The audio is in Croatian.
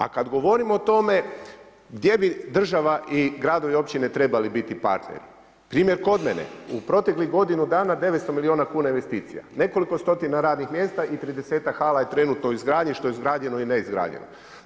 A kada govorimo o tome gdje bi država i gradovi i općine trebali biti partneri, primjer kod mene u proteklih godinu dana 900 milijuna kuna investicija, nekoliko stotina radnih mjesta i 30-ak hala je trenutno u izgradnji što je izgrađeno i ne izgrađeno.